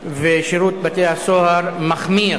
ושירות בתי-הסוהר מחמיר.